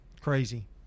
crazy